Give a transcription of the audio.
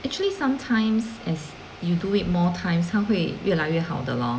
actually sometimes as you do it more times 它会越来越好的 lor